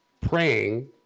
praying